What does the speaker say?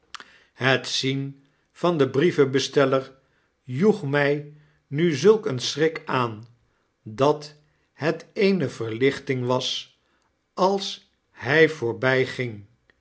het zien van den brievenbesteller joeg my nu zulk een schrik aan dat het eene verlichting was als hy